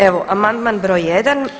Evo amandman br. 1.